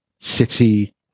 City